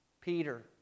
Peter